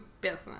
business